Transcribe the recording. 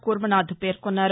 కూర్మనాథ్ పేర్కొన్నారు